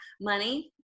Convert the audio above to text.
money